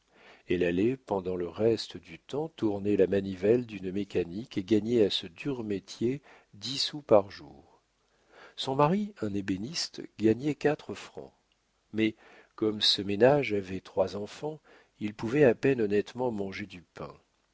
elle allait pendant le reste du temps tourner la manivelle d'une mécanique et gagnait à ce dur métier dix sous par jour son mari un ébéniste gagnait quatre francs mais comme ce ménage avait trois enfants il pouvait à peine honnêtement manger du pain